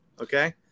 okay